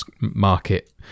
market